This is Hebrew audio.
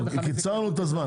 קיצרנו את הזמן.